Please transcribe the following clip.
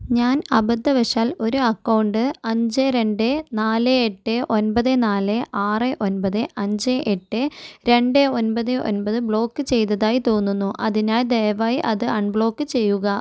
ഞാൻ അബദ്ധവശാൽ ഒരു അക്കൗണ്ട് അഞ്ച് രണ്ട് നാല് എട്ട് ഒൻപത് നാല് ആറ് ഒൻപത് അഞ്ച് എട്ട് രണ്ട് ഒൻപത് ഒൻപത് ബ്ലോക്ക് ചെയ്തതായി തോന്നുന്നു അതിനാൽ ദയവായി അത് അൺബ്ലോക്ക് ചെയ്യുക